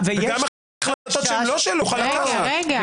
גם החלטות שהן לא שלו, הוא יוכל --- יש